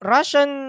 Russian